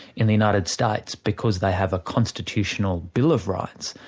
in the united states, because they have a constitutional bill of rights,